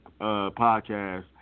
podcast